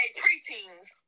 preteen's